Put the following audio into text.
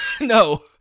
No